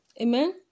amen